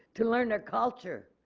to learn their culture,